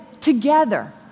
together